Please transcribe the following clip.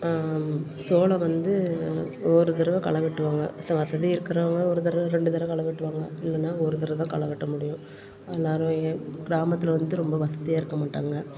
சோளம் வந்து ஒரு தரவை களை வெட்டுவாங்க ச வசதி இருக்கிறவுங்க ஒரு தரவை ரெண்டு தரவை களை வெட்டுவாங்க இல்லைன்னா ஒரு தரவை தான் களை வெட்ட முடியும் எல்லாரும் ஏ கிராமத்தில் வந்து ரொம்ப வசதியாக இருக்க மாட்டாங்க